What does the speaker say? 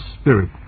spirit